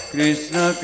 Krishna